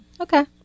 Okay